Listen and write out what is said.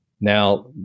Now